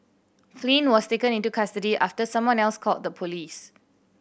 Flynn was taken into custody after someone else called the police